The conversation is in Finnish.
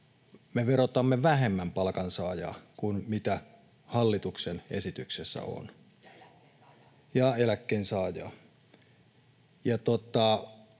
me verotamme vähemmän palkansaajaa kuin mitä hallituksen esityksessä tehdään.